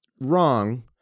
wrong